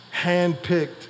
handpicked